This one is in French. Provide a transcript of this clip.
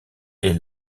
est